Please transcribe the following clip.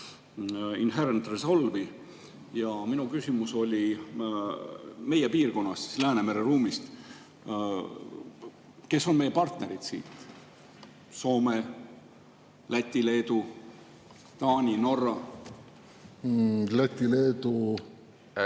Inherent Resolve'i. Ja mu küsimus oli meie piirkonna, Läänemere ruumi kohta: kes on meie partnerid siit? Soome, Läti, Leedu, Taani, Norra? Aitäh,